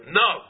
no